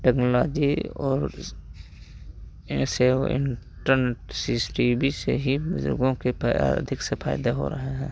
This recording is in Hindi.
टेक्नोलॉजी और इस सेवा इंटरनेट से इस टी वी से ही बुज़ुर्गों के अधिक से फ़ायदे हो रहे हैं